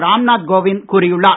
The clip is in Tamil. ராம்நாத் கோவிந்த் கூறியுள்ளார்